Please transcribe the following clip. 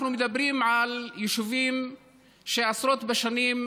אנחנו מדברים על יישובים שעשרות שנים